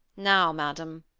now, madame,